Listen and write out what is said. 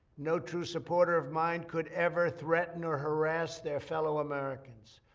no true supporter of mine could ever threaten or harass their fellow americans.